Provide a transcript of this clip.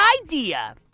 idea